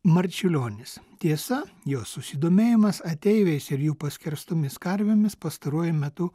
marčiulionis tiesa jo susidomėjimas ateiviais ir jų paskerstomis karvėmis pastaruoju metu